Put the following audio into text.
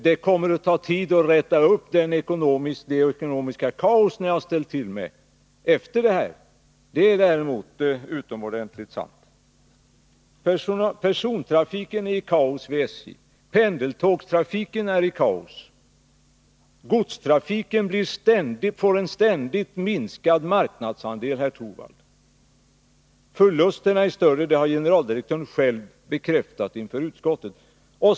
Det kommer att ta tid att reda upp det ekonomiska kaos ni har ställt till med, det är däremot utomordentligt sant. Persontrafiken är i kaos vid SJ. Pendeltågstrafiken är i kaos. Godstrafiken får en ständigt minskad marknadsandel, herr Torwald. Förlusterna är större, det har generaldirektören själv bekräftat inför utskottet.